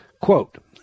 quote